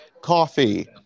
Coffee